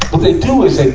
they do is they,